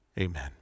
Amen